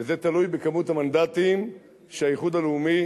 וזה תלוי בכמות המנדטים שהאיחוד הלאומי